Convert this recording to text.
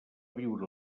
viure